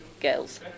girls